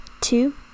two